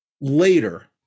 later